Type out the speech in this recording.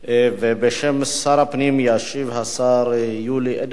בשם שר הפנים ישיב השר יולי אדלשטיין.